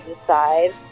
decide